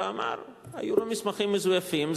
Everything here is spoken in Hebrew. היו לו מסמכים מזויפים,